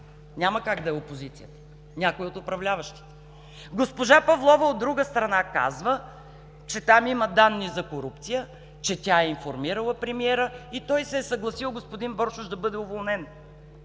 Няма как да е опозицията. Някой от управляващите! Госпожа Павлова, от друга страна, казва, че там има данни за корупция, че тя е информирала премиера и той се е съгласил господин Боршош да бъде уволнен.